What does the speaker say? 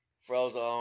Frozen